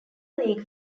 league